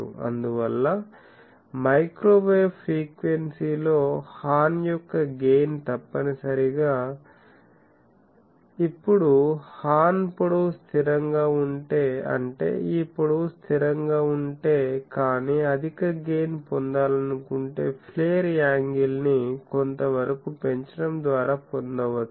అందువల్ల మైక్రోవేవ్ ఫ్రీక్వెన్సీలో హార్న్ యొక్క గెయిన్ తప్పనిసరిగా ఇప్పుడు హార్న్ పొడవు స్థిరంగా ఉంటే అంటే ఈ పొడవు స్థిరంగా ఉంటేకానీ అధిక గెయిన్ పొందాలనుకుంటే ఫ్లేర్ యాంగిల్ ని కొంతవరకు పెంచడం ద్వారా పొందవచ్చు